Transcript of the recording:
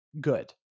good